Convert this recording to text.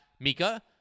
Mika